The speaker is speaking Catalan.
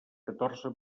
catorze